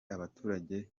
abaturage